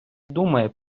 думає